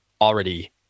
already